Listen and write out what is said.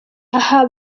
aha